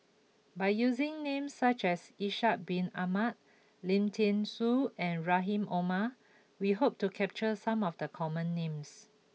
by using names such as Ishak bin Ahmad Lim Thean Soo and Rahim Omar we hope to capture some of the common names